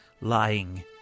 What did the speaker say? lying